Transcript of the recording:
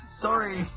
Sorry